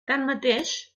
tanmateix